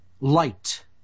light